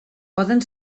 poden